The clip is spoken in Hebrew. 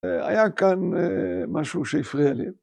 ‫היה כאן משהו שהפריע לי.